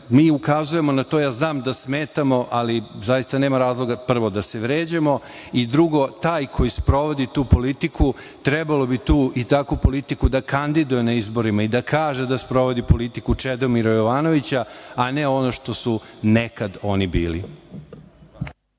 mi ukazujemo na to. Ja znam da smetamo, ali zaista nema razloga, prvo, da se vređamo i, drugo, taj koji sprovodi tu politiku trebalo tu i takvu politiku da kandiduje na izborima i da kaže da sprovodi politiku Čedomira Jovanovića, a ne ono što su nekad oni bili.